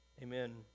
Amen